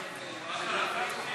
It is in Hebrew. באולם.